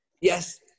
Yes